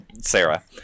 sarah